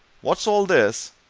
what's all this?